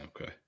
Okay